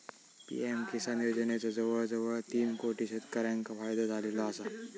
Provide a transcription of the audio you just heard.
PM Kisan योजनेचो जवळजवळ तीन कोटी शेतकऱ्यांका फायदो झालेलो आसा